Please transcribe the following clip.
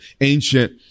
ancient